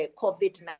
COVID-19